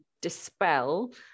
dispel